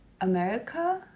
America